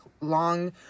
long